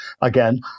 again